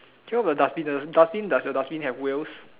do you have a dustbin the dustbin does your dustbin have wheels